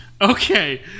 Okay